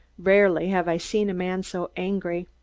rarely have i seen a man so angry.